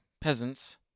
peasants